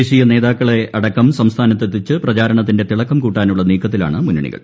ദേശീയ നേതാക്കളെയടക്കം സംസ്ഥാനത്തെത്തിച്ച് പ്രചാരണത്തിന്റെ തിളക്കം കൂട്ടാനുള്ള നീക്കത്തിലാണ് മുന്നണികൾ